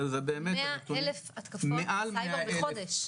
100 אלף התקפות סייבר בחודש?